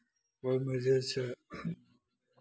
ओहिमे जे छै